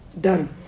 done